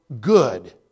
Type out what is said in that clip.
good